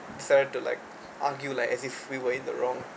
started to like argue like as if we were in the wrong